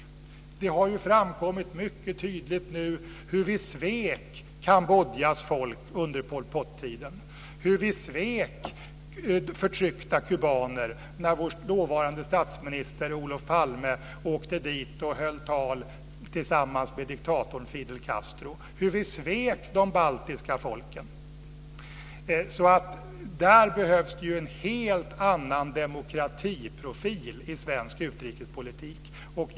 Det har framkommit mycket tydligt hur vi svek Kambodjas folk under Pol Pot-tiden, hur vi svek förtryckta kubaner när vår dåvarande statsminister Olof Palme åkte dit och höll tal tillsammans med diktatorn Fidel Castro, hur vi svek de baltiska folken. Det behövs en helt annan demokratiprofil i svensk utrikespolitik.